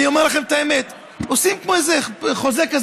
אני אומר לכם את האמת: עושים כזה כאילו חוזה.